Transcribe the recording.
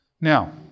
Now